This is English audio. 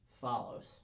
follows